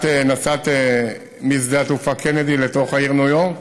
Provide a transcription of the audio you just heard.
נסעת משדה התעופה קנדי לתוך העיר ניו יורק?